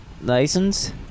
License